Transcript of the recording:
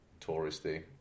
touristy